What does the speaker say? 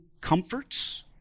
comforts